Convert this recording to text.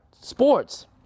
sports